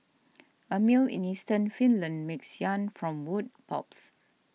a mill in eastern Finland makes yarn from wood pulps